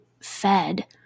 fed